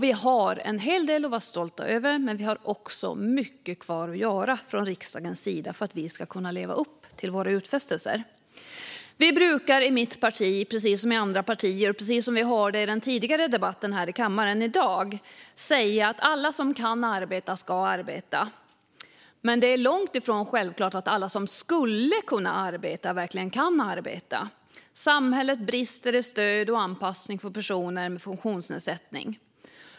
Vi har en hel del att vara stolta över, men vi har också mycket kvar att göra från riksdagens sida för att vi ska leva upp till våra utfästelser. I mitt parti brukar vi säga att alla som kan arbeta ska arbeta, precis som andra partier brukar säga och precis som man kunde höra i en tidigare debatt här i kammaren i dag. Men det är långt ifrån självklart att alla som skulle kunna arbeta verkligen kan arbeta. Samhället brister i stöd och anpassning för personer med funktionsnedsättning.